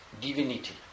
divinity